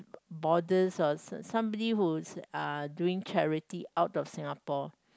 boarders or somebody who is uh doing charity out of Singapore